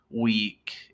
week